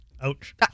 Ouch